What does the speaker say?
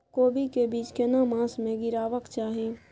कोबी के बीज केना मास में गीरावक चाही?